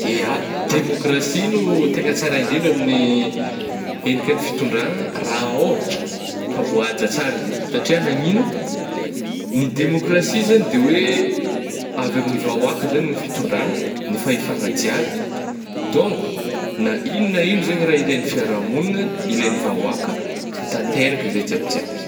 Ya, demôkrasia no tegna tsara indrindra amin'ny endrika ny fitondragna raha ôhatra, ka voahaja tsara zay satria nagnino? Ny democrasia zany de hoe avy amin'ny vahoàka zany ny fitondragna, ny fahefagna jiaby donc na ino na ino zegny raha ilaign'ny fiarahamognina, ilain'ny vahoàka de tanteraka zay jiabijaby.